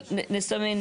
נסמן.